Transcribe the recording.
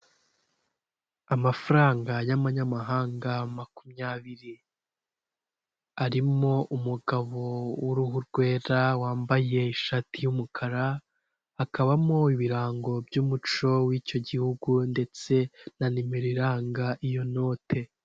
Inzu iherereye kabeza mu mujyi wa Kigali ikodeshwa amadolari magana atanu na mirongo itanu ku kwezi, ikaba ifite igikoni kigezweho kiriho ububati busa umweru n'imashini ifasha mu kumesa imyenda yo kwambara.